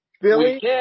Billy